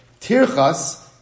Tirchas